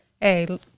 hey